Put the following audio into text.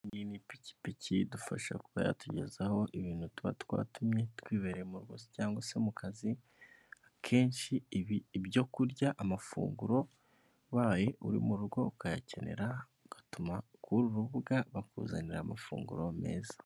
Ipikipiki idufasha kuba yatugezaho ibintu tuba twatumye twibereye mu rugo, cyangwa se mu kazi, akenshi ibyo kurya, amafunguro ubaye uri mu rugo ukayakenera ugatuma kuri uru rubuga, bakuzanira amafunguro meza.